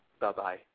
Bye-bye